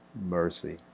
mercy